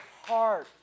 heart